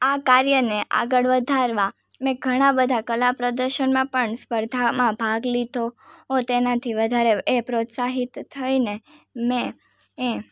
આ કાર્યને આગળ વધારવા મેં ઘણાં બધાં કલા પ્રદર્શનમાં પણ સ્પર્ધામાં ભાગ લીધો ઓ તેનાથી વધારે એ પ્રોત્સાહિત થઈને મેં એ